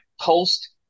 post